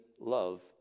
love